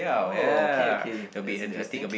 oh okay okay that's interesting